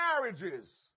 marriages